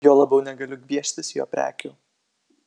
juo labiau negaliu gvieštis jo prekių